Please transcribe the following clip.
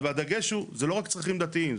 והדגש הוא לא רק צרכים דתיים,